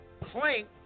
plank